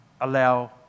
allow